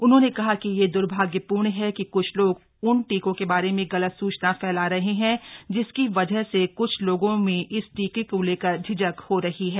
उन्होंने कहा कि यह दुर्भाग्यपूर्ण है कि कुछ लोग उन टीकों के बारे में गलत सूचना फैला रहे हैं जिसकी वजह से कुछ लोगों में इस टीके को लेकर झिझक हो रही है